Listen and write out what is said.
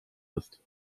ist